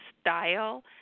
style